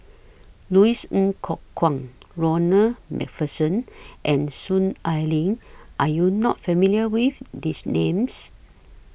Louis Ng Kok Kwang Ronald MacPherson and Soon Ai Ling Are YOU not familiar with These Names